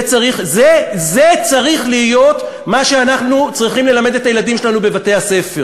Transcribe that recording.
זה מה שאנחנו צריכים ללמד את הילדים שלנו בבתי-הספר.